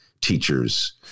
teachers